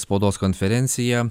spaudos konferenciją